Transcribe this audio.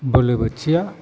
बोलोबोथिया